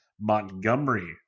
Montgomery